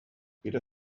weder